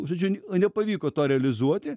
žodžiu nepavyko to realizuoti